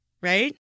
right